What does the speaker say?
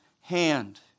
hand